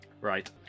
Right